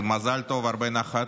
מזל טוב והרבה נחת.